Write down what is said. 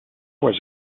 was